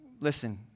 listen